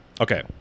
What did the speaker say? Okay